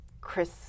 Chris